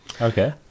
Okay